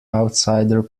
outsider